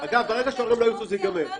אגב, ברגע שההורים לא ירצו, זה יגמר.